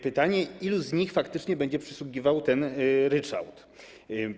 Pytanie, ilu z nich faktycznie będzie przysługiwał ten ryczałt.